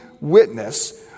witness